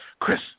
Chris